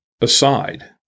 aside